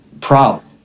problem